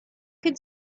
could